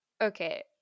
Okay